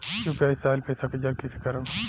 UPI से आइल पईसा के जाँच कइसे करब?